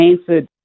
answered